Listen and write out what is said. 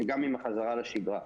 וגם עם החזרה לשגרה.